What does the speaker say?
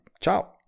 Ciao